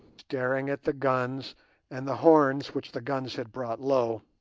staring at the guns and the horns which the guns had brought low